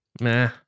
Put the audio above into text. nah